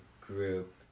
group